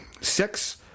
Six